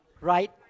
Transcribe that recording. right